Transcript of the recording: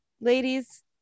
ladies